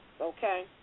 okay